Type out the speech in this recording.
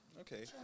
Okay